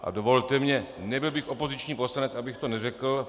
A dovolte mně, nebyl bych opoziční poslanec, abych to neřekl.